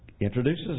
introduces